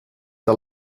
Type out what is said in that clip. der